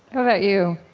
about you?